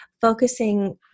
focusing